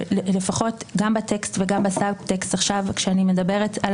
גם בטקסט וגם בסבטקסט כשאני מדברת על